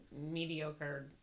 mediocre